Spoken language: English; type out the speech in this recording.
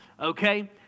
Okay